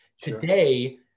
Today